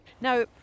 Now